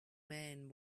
man